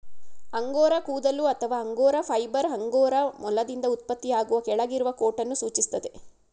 angora ಕೂದಲು ಅಥವಾ angora fibre angora ಮೊಲದಿಂದ ಉತ್ಪತ್ತಿಯಾಗುವ ಕೆಳಗಿರುವ ಕೋಟನ್ನು ಸೂಚಿಸ್ತದೆ